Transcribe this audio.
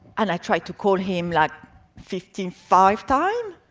and i tried to call him like fifty five times,